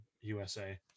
USA